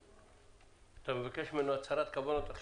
רועי, נבקש ממך הצהרת כוונות.